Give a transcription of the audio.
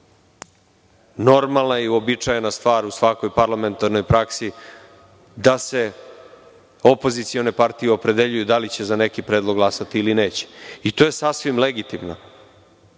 i uobičajena stvar u svakoj parlamentarnoj praksi, da se opozicione partije opredeljuju da li će za neki predlog glasati ili neće i to je sasvim legitimno,